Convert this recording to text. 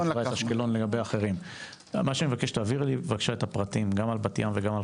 מה שאני מבקש בבקשה את הפרטים גם על בת ים וגם על